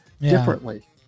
differently